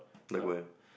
like where